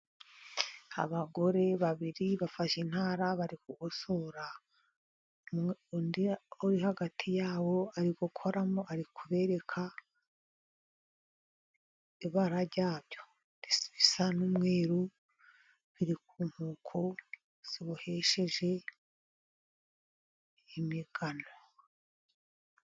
Abagore babiri bafashe intara bari kugosora. Undi uri hagati ya bo ari gukoramo, ari kubereka ibara rya byo. Ndetse bisa n'umweruru biri ku nkoko zibohesheje imigano.